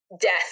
death